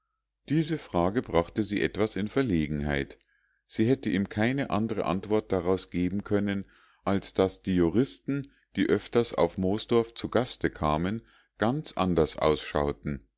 diese frage brachte sie etwas in verlegenheit sie hätte ihm keine andre antwort daraus geben können als daß die juristen die öfters auf moosdorf zu gaste kamen ganz anders ausschauten